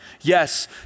Yes